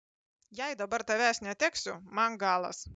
jei dabar tavęs neteksiu man galas